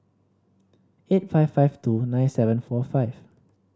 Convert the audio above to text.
eight five five two nine seven four five